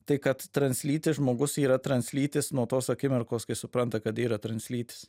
tai kad translytis žmogus yra translytis nuo tos akimirkos kai supranta kad yra translytis